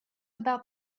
about